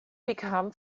become